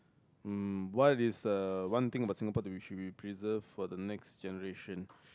um why is uh one thing about Singapore that we should preserve for the next generation